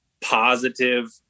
positive